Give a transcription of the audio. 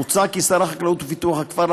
מוצע כי שר החקלאות ופיתוח הכפר,